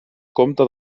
compte